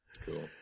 Cool